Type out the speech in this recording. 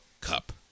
Cup